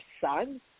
son